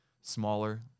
smaller